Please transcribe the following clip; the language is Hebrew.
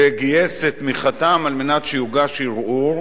וגייס את תמיכתם כדי שיוגש ערעור,